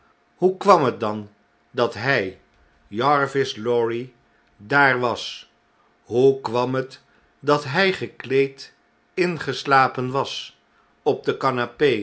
hoe kwam het dan dat hy jarvis lorry daar was hoe kwam het dat hij gekleed ingeslapen was op de